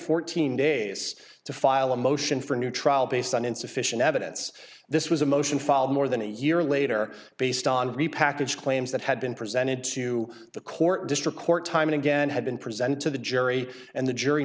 fourteen days to file a motion for a new trial based on insufficient evidence this was a motion filed more than a year later based on repackaged claims that had been presented to the court district court time and again had been presented to the jury and the jury